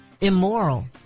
immoral